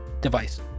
device